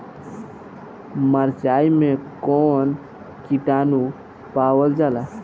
मारचाई मे कौन किटानु पावल जाला?